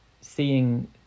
seeing